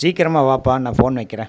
சீக்கிரமா வாப்பா நான் ஃபோன் வக்கிறேன்